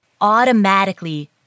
automatically